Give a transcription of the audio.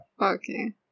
Okay